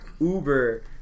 Uber